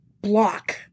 block